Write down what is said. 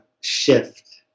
shift